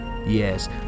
Yes